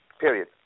Period